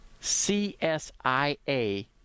CSIA